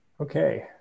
Okay